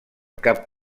cap